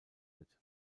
wird